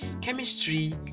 Chemistry